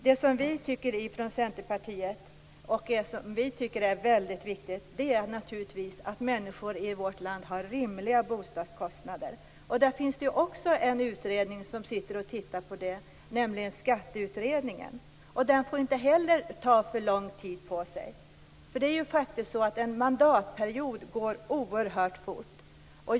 Det som vi i Centerpartiet tycker är väldigt viktigt är naturligtvis att människor i vårt land har rimliga bostadskostnader. Det finns det också en utredning som sitter och tittar på, nämligen skatteutredningen. Den får inte heller ta för lång tid på sig. För det är ju faktiskt så att en mandatperiod går oerhört fort.